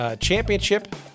championship